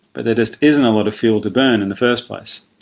but there just isn't a lot of fuel to burn in the first place,